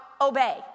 obey